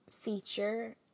Feature